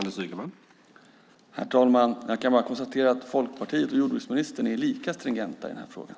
Herr talman! Jag kan bara konstatera att Folkpartiet och jordbruksministern är lika stringenta i den här frågan.